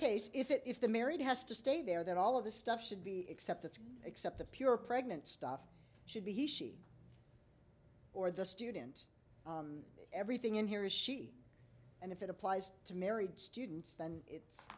case if it if the married has to stay there then all of the stuff should be except that's except the pure pregnant stuff should be he she or the student everything in here is she and if it applies to married students then it's